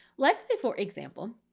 let's say, for example,